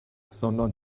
sondern